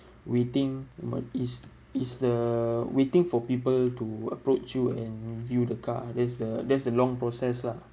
waiting but is is the waiting for people to approach you and view the car that's the that's the long process lah